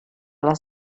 les